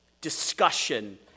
discussion